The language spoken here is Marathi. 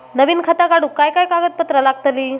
नवीन खाता काढूक काय काय कागदपत्रा लागतली?